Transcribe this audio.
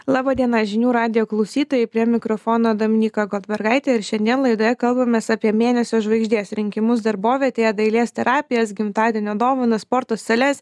laba diena žinių radijo klausytojai prie mikrofono dominyka goldbergaitė ir šiandien laidoje kalbamės apie mėnesio žvaigždės rinkimus darbovietėje dailės terapijas gimtadienio dovanas sporto sales